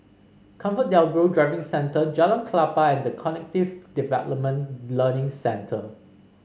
ComfortDelGro Driving Centre Jalan Klapa and The Cognitive Development Learning Centre